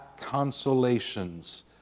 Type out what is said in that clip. consolations